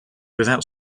without